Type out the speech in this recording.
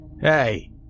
Hey